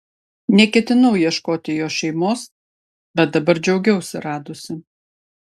neketinau ieškoti jo šeimos bet dabar džiaugiausi radusi